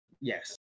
yes